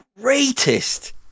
greatest